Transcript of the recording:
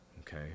Okay